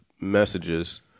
messages